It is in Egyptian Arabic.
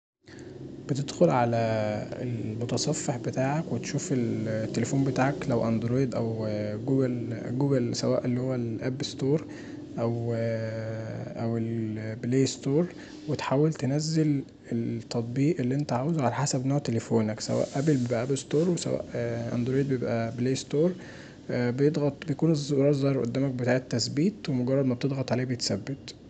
بتدخل علي المتصفح بتاعك وتشوف التليفون بتاعك لو اندرويد او جوجل، جوجل سواء اللي هو الآب ستور او البلاي ستور وتحاول تنزل التطبيق اللي انت عاوزه علي حسب نوع تليفونك سواء آبل بآب ستور او سواء اندرويد ببلاي ستور بيضغط بيكون الزرار ظاهر قدامك مجرد ما تضغط عليه بيتثبت.